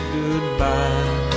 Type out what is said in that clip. goodbye